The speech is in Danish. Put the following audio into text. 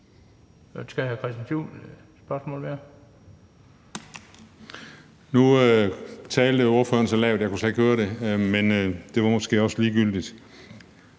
Nu talte ordføreren så lavt, at jeg slet ikke kunne høre det, men det var måske også ligegyldigt.